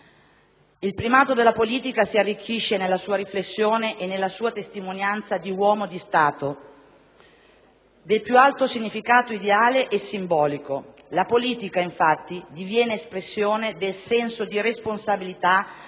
Il primato della politica si arricchisce nella sua riflessione e nella sua testimonianza di uomo di Stato del più alto significato ideale e simbolico. La politica, infatti, diviene espressione del senso di responsabilità